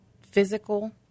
physical